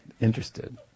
Interested